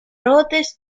rhodes